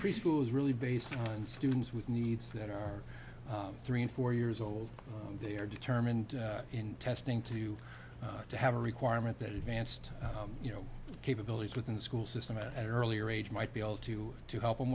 preschool is really based on students with needs that are three and four years old and they are determined in testing to to have a requirement that advanced you know capabilities within the school system at an earlier age might be able to to help them